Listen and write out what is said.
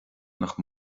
nach